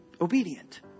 obedient